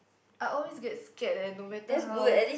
I always get scared ah no matter how